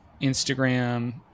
Instagram